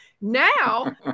Now